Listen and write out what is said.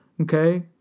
Okay